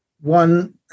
one